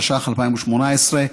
התשע"ח 2018,